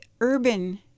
urban